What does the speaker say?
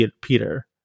Peter